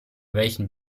welchen